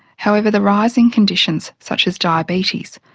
however, the rising conditions such as diabetes,